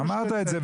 אמרת את זה,